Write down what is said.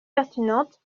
pertinente